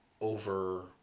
over